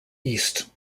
east